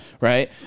Right